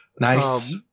Nice